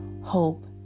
hope